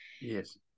Yes